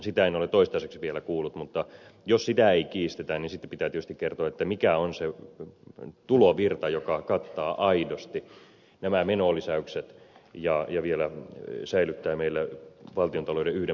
sitä en ole toistaiseksi vielä kuullut mutta jos sitä ei kiistetä niin sitten pitää tietysti kertoa mikä on se tulovirta joka kattaa aidosti nämä menolisäykset ja vielä säilyttää meillä valtiontalouden yhden prosentin ylijäämän